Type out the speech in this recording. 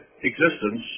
existence